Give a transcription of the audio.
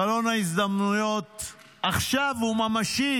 חלון ההזדמנויות עכשיו הוא ממשי.